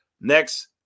Next